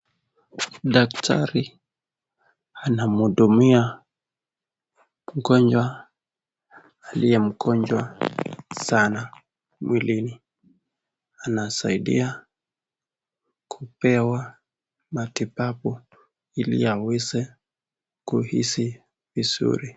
Daktari anamhudumia mgonjwa aliye mgonjwa sana mwilini anasaidia kupewa matibabu ili aweze kuhisi vizuri.